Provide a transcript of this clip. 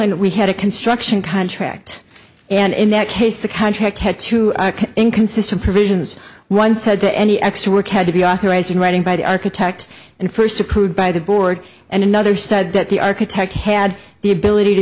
sailing we had a construction contract and in that case the contract had to inconsistent provisions one said that any extra work had to be authorized in writing by the architect and first approved by the board and another said that the architect had the ability to